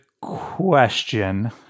Question